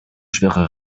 schwere